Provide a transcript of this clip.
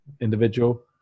individual